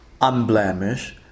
unblemished